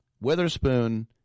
Witherspoon